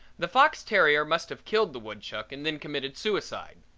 the fox terrier must have killed the woodchuck and then committed suicide.